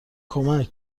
کمک